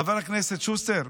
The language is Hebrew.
חבר הכנסת שוסטר,